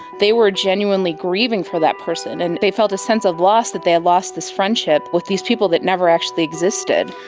they were genuinely grieving for that person and they felt a sense of loss that they had lost this friendship with these people that never actually existed.